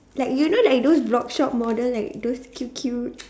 like you know like those blogshop models like those cute cute